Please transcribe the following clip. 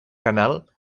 canal